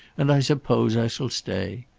and i suppose i shall stay.